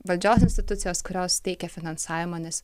valdžios institucijos kurios teikia finansavimą nes